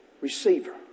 Receiver